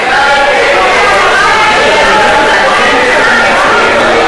אי-אפשר לשנות את הצבעתו.